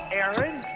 Aaron